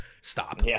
Stop